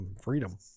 freedom